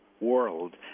world